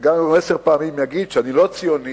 וגם אם עשר פעמים הוא יגיד שאני לא ציוני,